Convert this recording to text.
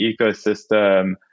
ecosystem